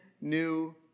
new